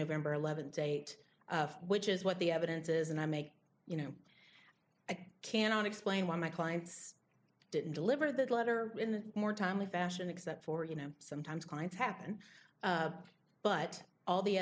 nov eleventh date which is what the evidence is and i make you know i cannot explain why my clients didn't deliver that letter in the more timely fashion except for you know sometimes going to happen but all the